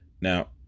Now